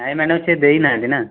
ନାଇଁ ମ୍ୟାଡ଼ମ ସେ ଦେଇନାହାନ୍ତି ନା